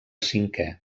cinquè